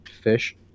Fish